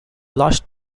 last